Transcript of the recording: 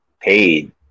paid